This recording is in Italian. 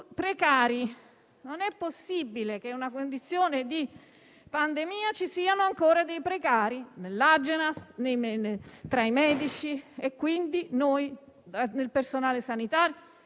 Inoltre, non è possibile che in una situazione di pandemia ci siano ancora dei precari nell'Agenas, tra i medici, il personale sanitario